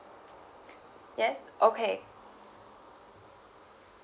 yes okay